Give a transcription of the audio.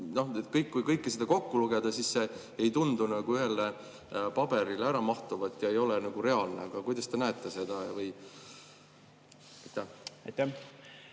kõike seda kokku lugeda, siis see ei tundu nagu ühele paberile ära mahtuvat ega ole reaalne. Aga kuidas te näete seda?